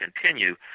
continue